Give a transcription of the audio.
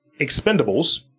Expendables